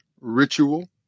ritual